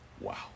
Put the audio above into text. Wow